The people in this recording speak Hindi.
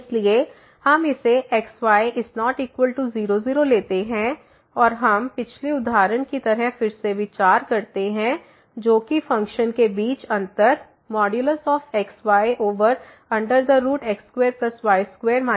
इसलिए हम इसे x y≠0 0 लेते हैं और हम पिछले उदाहरण की तरह फिर से विचार करते हैं जो कि फ़ंक्शन के बीच का अंतर xyx2y2 0है